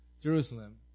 Jerusalem